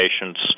patients